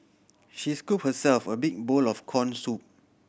she scoop herself a big bowl of corn soup